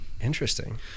Interesting